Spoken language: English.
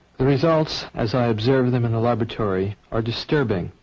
the results as i observe them in the laboratory, are disturbing.